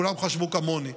כולם חשבו כמוני,